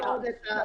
כן.